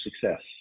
success